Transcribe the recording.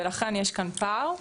ולכן יש כאן פער.